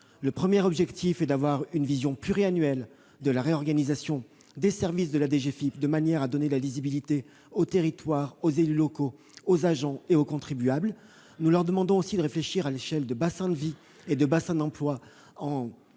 leur demandons d'avoir une vision pluriannuelle de la réorganisation des services de la DGFiP, de manière à donner de la lisibilité aux territoires, aux élus locaux, aux agents et aux contribuables. En deuxième lieu, nous leur demandons de réfléchir à l'échelle des bassins de vie et des bassins d'emplois, en